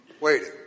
waiting